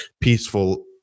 peaceful